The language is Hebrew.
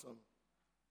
תודה, אוסאמה.